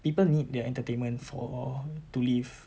people need their entertainment for all to live